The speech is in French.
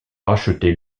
racheté